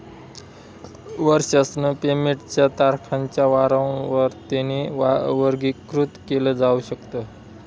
वर्षासन पेमेंट च्या तारखांच्या वारंवारतेने वर्गीकृत केल जाऊ शकत